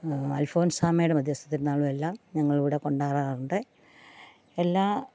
അൽഫോൺസാമ്മയുടെ മധ്യസ്ഥ തിരുന്നാളുമെല്ലാം ഞങ്ങളിവിടെ കൊണ്ടാടാറുണ്ട് എല്ലാ